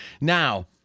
now